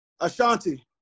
Ashanti